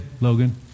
Logan